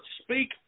speak